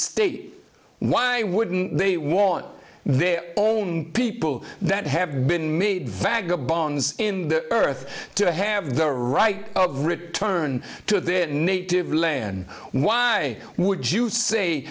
state why wouldn't they want their own people that have been made vagabonds in the earth to have the right of return to their native land why would you say